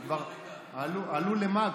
הם כבר עלו למעלה,